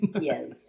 Yes